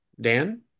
Dan